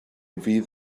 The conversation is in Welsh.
fydd